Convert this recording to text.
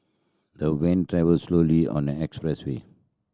the van travelled slowly on the expressway